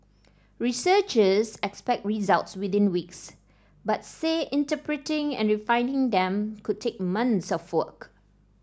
researchers expect results within weeks but say interpreting and refining them could take months of work